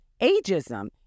ageism